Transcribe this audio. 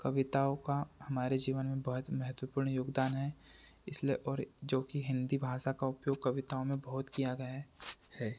कविताओं का हमारे जीवन में बहुत महत्वपूर्ण योगदान है इसलिए और जोकि हिन्दी भाषा का उपयोग कविताओं में बहुत किया गया है है